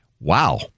wow